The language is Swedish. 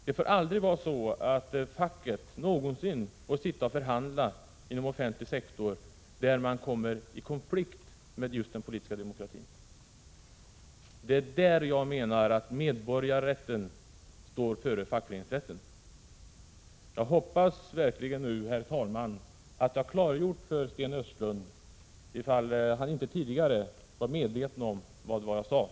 Det får aldrig någonsin vara så, att facket får sitta och förhandla inom offentlig sektor, där man kommer i konflikt med just den politiska demokratin. Det är där jag menar att medborgarrätten går före fackföreningsrätten. Herr talman! Jag hoppas verkligen att jag nu har klargjort detta för Sten Östlund, ifall han inte tidigare har varit medveten om vad det var jag sade.